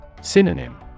Synonym